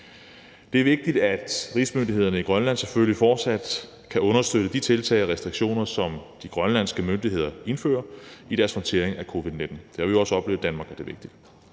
vigtigt, at rigsmyndighederne i Grønland fortsat kan understøtte de tiltag og restriktioner, som de grønlandske myndigheder indfører i deres håndtering af covid-19. Det har vi også oplevet i Danmark er vigtigt.